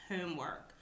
homework